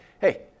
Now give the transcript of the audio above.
hey